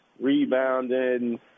rebounding